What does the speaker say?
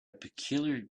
peculiar